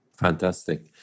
Fantastic